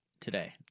today